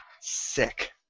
Sick